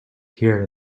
here